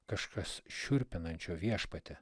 kažkas šiurpinančio viešpatie